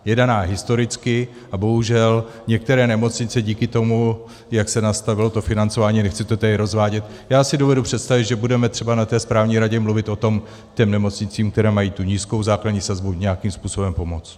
Je daná historicky a bohužel některé nemocnice díky tomu, jak se nastavilo financování nechci to tady rozvádět, já si dovedu představit, že budeme třeba na té správní radě mluvit o tom těm nemocnicím, které mají tu nízkou základní sazbu, nějakým způsobem pomoct.